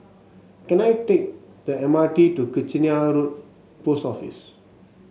can I take the M R T to Kitchener Road Post Office